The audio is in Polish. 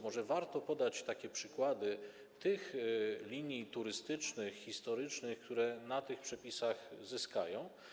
Może warto podać przykłady linii turystycznych, historycznych, które na tych przepisach zyskają.